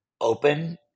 open